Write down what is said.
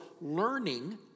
learning